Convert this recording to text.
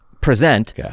present